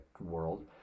world